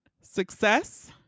Success